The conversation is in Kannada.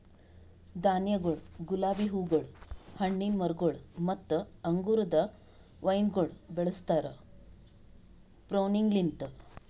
ಧಾನ್ಯಗೊಳ್, ಗುಲಾಬಿ ಹೂಗೊಳ್, ಹಣ್ಣಿನ ಮರಗೊಳ್ ಮತ್ತ ಅಂಗುರದ ವೈನಗೊಳ್ ಬೆಳುಸ್ತಾರ್ ಪ್ರೂನಿಂಗಲಿಂತ್